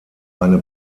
eine